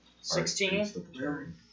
Sixteen